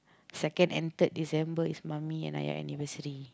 second and third December is mummy and I anniversary